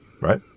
Right